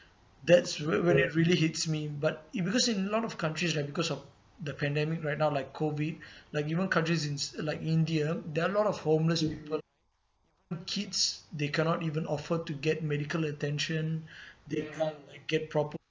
that's whe~ when it really hits me but it because in a lot of countries right because of the pandemic right now like COVID like even countries in like india there are lot of homeless people kids they cannot even afford to get medical attention they can't get proper